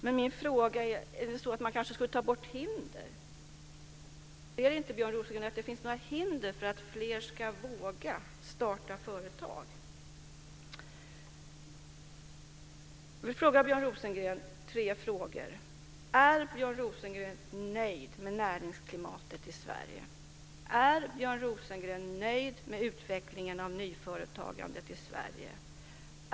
Men jag undrar om man inte skulle ta bort hinder i stället. Är det inte så, Björn Rosengren, att det finns hinder för att fler ska våga att starta företag? Björn Rosengren nöjd med näringsklimatet i Sverige? Är Björn Rosengren nöjd med utvecklingen av nyföretagandet i Sverige?